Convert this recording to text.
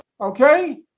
Okay